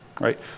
right